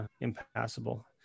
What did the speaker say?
impassable